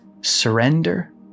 surrender